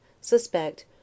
suspect